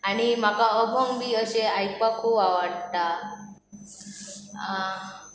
आनी म्हाका अभंग बी अशें आयकपाक खूब आवडटा